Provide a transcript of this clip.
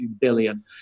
billion